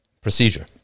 procedure